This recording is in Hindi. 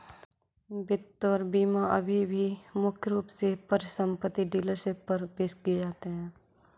वित्त और बीमा अभी भी मुख्य रूप से परिसंपत्ति डीलरशिप पर पेश किए जाते हैं